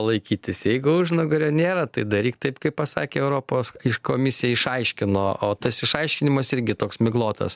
laikytis jeigu užnugario nėra tai daryk taip kaip pasakė europos komisija išaiškino o tas išaiškinimas irgi toks miglotas